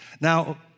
Now